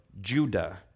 Judah